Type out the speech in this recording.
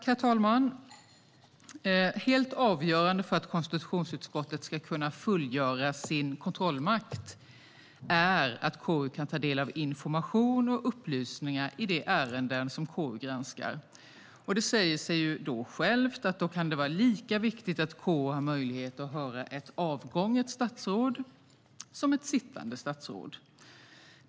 Herr talman! Helt avgörande för att konstitutionsutskottet ska kunna fullgöra sin kontrollmakt är att KU kan ta del av information och upplysningar i de ärenden som KU granskar. Det säger sig självt att det då kan vara lika viktigt att KU har möjlighet att höra ett avgånget som ett sittande statsråd.